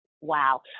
Wow